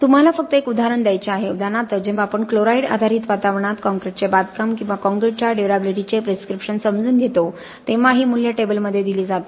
तुम्हाला फक्त एक उदाहरण द्यायचे आहे उदाहरणार्थ जेव्हा आपण क्लोराईड आधारित वातावरणात कॉंक्रिटचे बांधकाम किंवा काँक्रीटच्या ड्युर्याबिलिटीचे प्रिस्क्रिप्शन समजून घेतो तेव्हा ही मूल्ये टेबलमध्ये दिली जातात